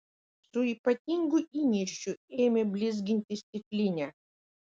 su ypatingu įniršiu ėmė blizginti stiklinę